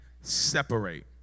separate